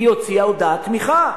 והיא הוציאה הודעת תמיכה.